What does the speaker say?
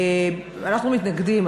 אנחנו מתנגדים,